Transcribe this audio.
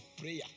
prayer